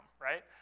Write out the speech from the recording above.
right